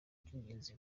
by’ingenzi